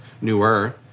newer